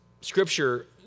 scripture